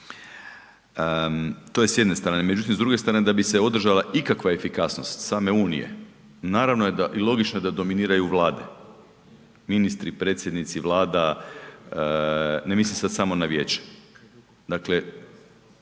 To je s jedne strane, međutim s druge strane da bi se održala ikakva efikasnost same unije, naravno je i logično je da dominiraju vlade, ministri, predsjednici vlada, ne mislim sad samo na vijeće.